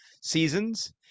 seasons